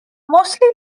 mostly